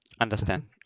Understand